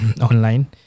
online